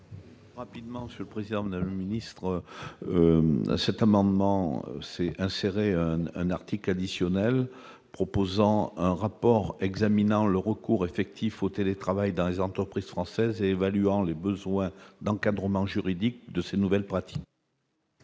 Rapidement sur le président de la ministre, cet amendement inséré un article additionnel proposant un rapport examinant le recours effectif au télétravail dans les entreprises françaises, évaluant les besoins d'encadrement juridique de ces nouvelles pratiques.